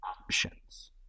options